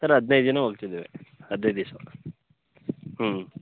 sir ಹದ್ನೈದು ಜನ ಹೋಗ್ತಿದ್ದೇವೆ ಹದ್ನೈದು ದಿವ್ಸ ಹ್ಞೂ